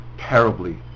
terribly